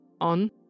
on